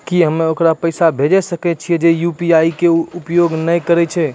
की हम्मय ओकरा पैसा भेजै सकय छियै जे यु.पी.आई के उपयोग नए करे छै?